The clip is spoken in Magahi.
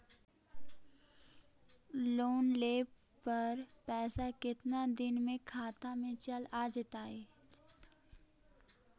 लोन लेब पर पैसा कितना दिन में खाता में चल आ जैताई?